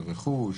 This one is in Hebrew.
של רכוש,